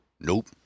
Nope